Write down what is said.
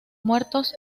muertos